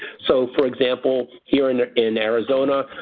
so for example, here in ah in arizona,